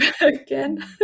again